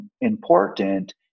important